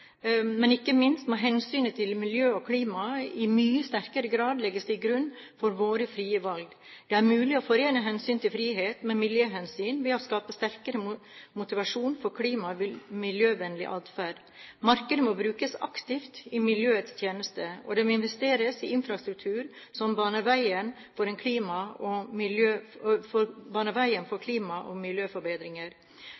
i mye sterkere grad legges til grunn for våre frie valg. Det er mulig å forene hensynet til frihet med miljøhensyn ved å skape sterkere motivasjon for klimavennlig og miljøvennlig atferd. Markedet må brukes aktivt i miljøets tjeneste, og det må investeres i infrastruktur som baner veien for klima- og miljøforbedringer. Rammevilkårene for